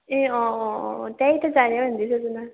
ए अँ अँ अँ त्यहीँ त जाने हो नि